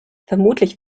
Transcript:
vermutlich